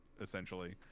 essentially